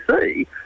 see